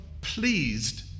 pleased